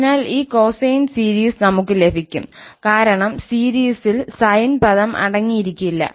അതിനാൽ ഈ cosine series നമുക്ക് ലഭിക്കും കാരണം സീരീസിൽ സൈൻ പദം അടങ്ങിയിരിക്കില്ല